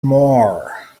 more